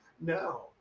No